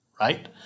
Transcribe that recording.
right